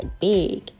big